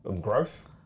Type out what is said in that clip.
growth